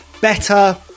better